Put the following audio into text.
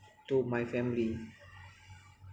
to my family